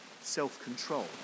self-control